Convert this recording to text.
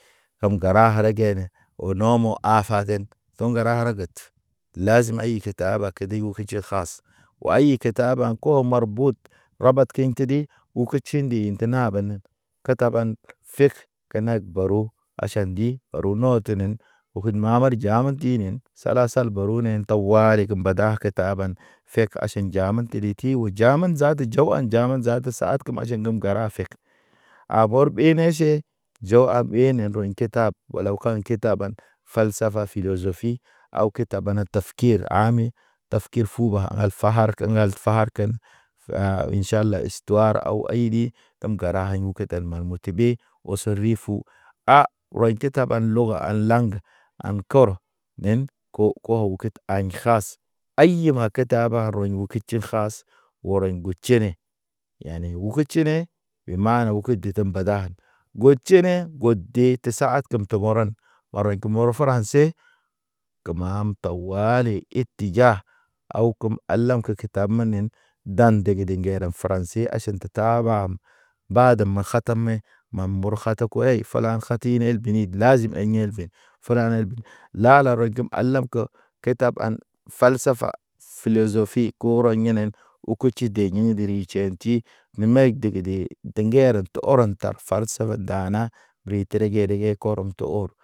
Ham gara hara gene, onɔmo̰ afa ʈʃen tuŋga ra raget. Lazim ay ke tahaba kedi yu keji has. Way ke taaba̰ ko marbud, rabat keɲ tedi. Uku tʃendi inte na bene, ketaban fik, kenek baru, aʃan di aro no tenen. Okəd mamar jaman tinen. Sala sal baru ne tawali ke mbada ke taaban. Fek aʃan njama teli ti o jaman zaata jo an jaman zaata saad kem. Kemaj gem gara fek, a bɔr ɓe neʃe. Jo a ɓenen rɔy ki tab, walaw ka̰ kitaban, fal safa filosofi awke ta bana taf kir ahame. Taf kir fuba fa har ŋgeŋgal fa har ken, In ʃala histoir aw ayidi. Kem gəra haɲ u kut al man motode, oso ri fu a rɔy te tam. Taban log al laŋ an kor nen ko ko awket ayin has. Ayi ma ke taba rɔɲ o kitʃir has, orɔɲ ŋgu tʃene yane ugu tʃine, u maane ugu dete mbada an. Go tʃene go de te sahatəm tə mɔrɔne. Marwaɲ ke mɔr franse, Ge mam tawali it ja aw kem alam ke ketabanen. Dan dege ge ŋgera franse aʃan te taban am; badem me hatame mam mɔr hatako hey fulan kati ti nen binid lazim el yelbɛ. Fra nelbə la la rɔgim alam ne ko ketab an falsafa. Folosofi ko rɔ ŋenen oko tʃide ɲiŋ de ri tʃan en ti me may degege, de ŋgereŋ to te ɔrɔnta far sebe dana ri tere re ye korom te te hɔr.